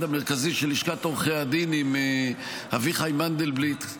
המרכזי של לשכת עורכי הדין עם אביחי מנדלבליט,